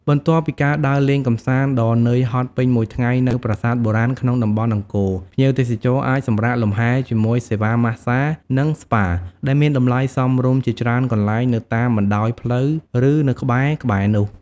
បន្ទាប់ពីការដើរលេងកម្សាន្តដ៏នឿយហត់ពេញមួយថ្ងៃនៅប្រាសាទបុរាណក្នុងតំបន់អង្គរ ភ្ញៀវទេសចរអាចសម្រាកលំហែជាមួយ សេវាកម្មម៉ាស្សា និងស្ប៉ា ដែលមានតម្លៃសមរម្យជាច្រើនកន្លែងនៅតាមបណ្ដោយផ្លូវ ឬនៅក្បែរៗនោះ។